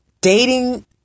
dating